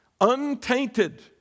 untainted